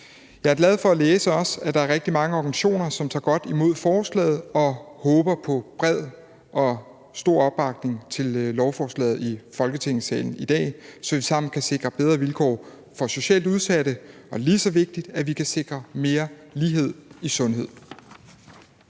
Jeg er også glad for at læse, at der er rigtig mange organisationer, som tager godt imod forslaget, og jeg håber på bred og stor opbakning til lovforslaget i Folketingssalen i dag, så vi sammen kan sikre bedre vilkår for socialt udsatte, og – lige så vigtigt – at vi kan sikre mere lighed i sundhed.